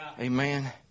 Amen